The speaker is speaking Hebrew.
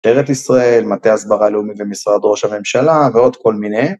ארץ ישראל, מטה הסברה הלאומי ומשרד ראש הממשלה ועוד כל מיני.